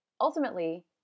ultimately